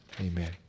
amen